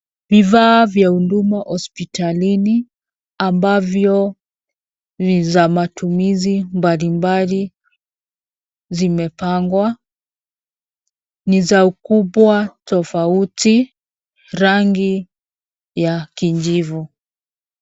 Vifaa vya huduma hospitalini, ambavyo ni za matumizi mbalimbali, zimepangwa. Ni za ukubwa tofauti na rangi ya kijivu.